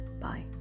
Bye